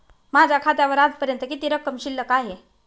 माझ्या खात्यावर आजपर्यंत किती रक्कम शिल्लक आहे?